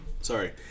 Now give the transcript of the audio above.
Sorry